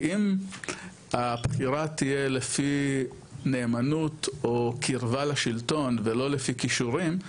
כי אם הבחירה תהיה לפי נאמנות או קירבה לשלטון ולא לפי כישורים,